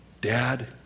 Dad